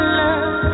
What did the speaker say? love